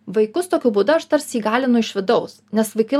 vaikus tokiu būdu aš tarsi įgalinu iš vidaus nes vaikai